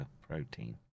protein